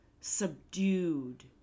subdued